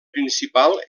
principal